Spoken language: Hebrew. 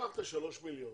קח את הכסף, שלושה מיליון,